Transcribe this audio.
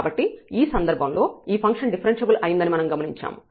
కాబట్టి ఈ సందర్భంలో ఈ ఫంక్షన్ డిఫరెన్ష్యబుల్ అయిందని మనం గమనించాము